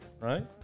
Right